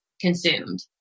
consumed